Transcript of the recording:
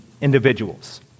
individuals